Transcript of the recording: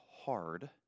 hard